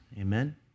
amen